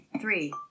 three